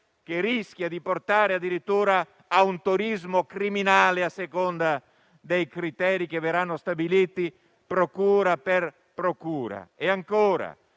che rischia di portare addirittura a un turismo criminale, a seconda dei criteri che verranno stabiliti procura per procura. Non